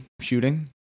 shooting